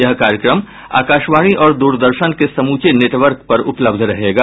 यह कार्यक्रम आकाशवाणी और द्रदर्शन के समूचे नेटवर्क पर उपलब्ध रहेगा